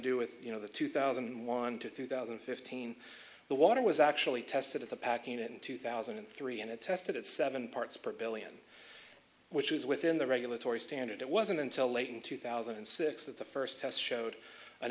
do with you know the two thousand and one to two thousand and fifteen the water was actually tested at the packing it in two thousand and three and it tested it seven parts per billion which is within the regulatory standard it wasn't until late in two thousand and six that the first test showed